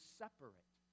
separate